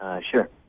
Sure